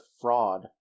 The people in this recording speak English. fraud